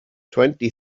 twenty